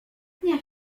nie